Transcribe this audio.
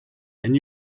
and